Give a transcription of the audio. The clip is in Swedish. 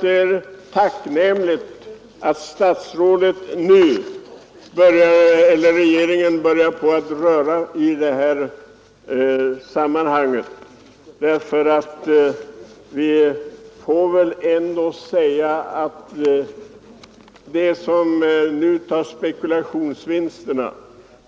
Det är tacknämligt att regeringen nu börjar röra i dessa frågor. De som nu tar hem spekulationsvinsterna